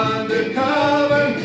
Undercover